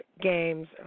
games